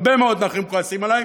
הרבה מאוד נכים כועסים עלי,